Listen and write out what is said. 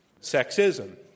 sexism